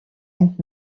and